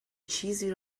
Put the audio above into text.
چیزی